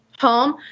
home